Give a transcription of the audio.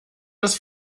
das